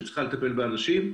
שצריכה לטפל באנשים,